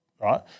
right